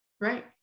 Right